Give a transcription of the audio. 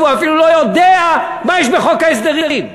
אפילו לא יודע מה יש בחוק ההסדרים.